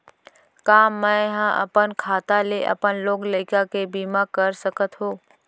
का मैं ह अपन खाता ले अपन लोग लइका के भी बीमा कर सकत हो